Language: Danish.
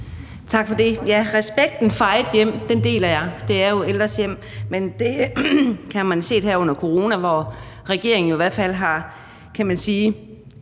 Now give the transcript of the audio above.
Tak for det. Respekten for eget hjem deler jeg; det er jo ældres hjem. Men man har jo set her under coronaen, at regeringen i hvert fald har nedlagt